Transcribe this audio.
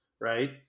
right